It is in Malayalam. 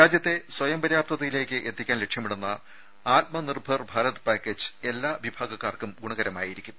രാജ്യത്തെ സ്വയം പര്യാപ്തതയിലേക്ക് എത്തിക്കാൻ ലക്ഷ്യമിടുന്ന ആത്മനിർഭർ ഭാരത് പാക്കേജ് എല്ലാ വിഭാഗക്കാർക്കും ഗുണകരമായിരിക്കും